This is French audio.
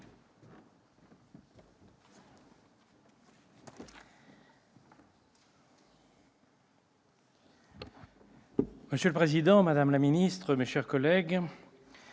Monsieur le président, madame la ministre, mes chers collègues,